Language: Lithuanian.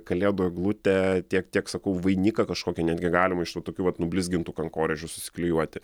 kalėdų eglutę tiek tiek sakau vainiką kažkokį netgi galima iš tų tokių vat nublizgintų kankorėžių susiklijuoti